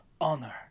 honor